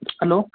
hello